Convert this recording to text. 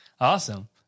Awesome